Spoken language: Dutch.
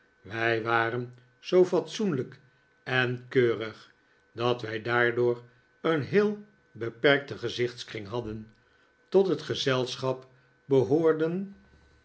wij waren zoo fatsoenlijk en keurig dat wij daardoor een heel beperkten gezichtskring hadden tot het gezelschap behoorden